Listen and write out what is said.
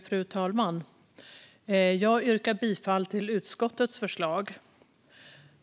Fru talman! Jag yrkar bifall till utskottets förslag.